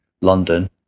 London